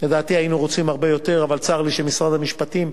היינו רוצים הרבה יותר, אבל צר לי שמשרד המשפטים,